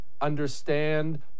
understand